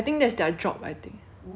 that's quite an easy job